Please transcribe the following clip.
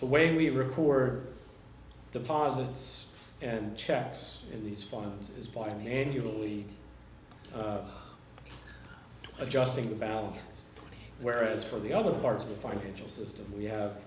the way we report our deposits and checks in these forms is by manually adjusting the balance whereas for the other parts of the financial system we have